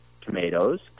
tomatoes